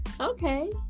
okay